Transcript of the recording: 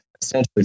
essentially